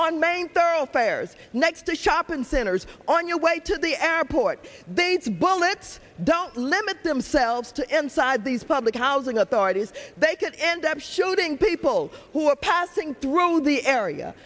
on main thoroughfares next to a shopping centers on your way to the airport base bullets don't limit themselves to inside these public housing authorities they can end up shooting people who are passing through the area